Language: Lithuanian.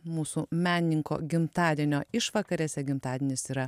mūsų menininko gimtadienio išvakarėse gimtadienis yra